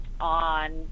on